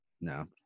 no